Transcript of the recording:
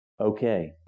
Okay